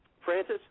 Francis